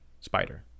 spider